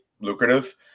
lucrative